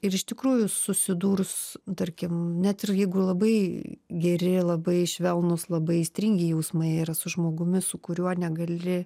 ir iš tikrųjų susidūrus tarkim net ir jeigu labai geri labai švelnūs labai aistringi jausmai yra su žmogumi su kuriuo negali